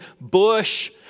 bush